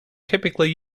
typically